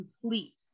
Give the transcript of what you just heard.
complete